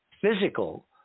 physical